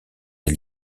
des